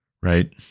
right